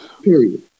period